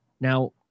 Now